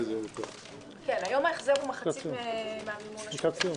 היום ההחזר הוא מחצית מהמימון השוטף.